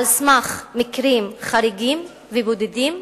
על סמך מקרים חריגים ובודדים?